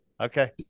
Okay